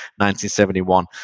1971